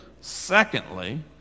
secondly